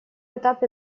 этапе